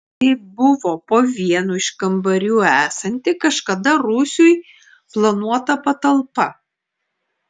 tai buvo po vienu iš kambarių esanti kažkada rūsiui planuota patalpa